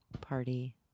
party